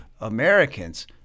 Americans